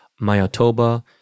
Mayotoba